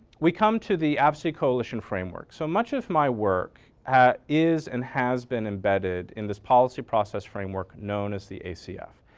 we come to the advocacy coalition framework. so much of my work is and has been embedded in this policy process framework known as the acf.